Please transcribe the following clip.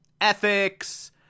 ethics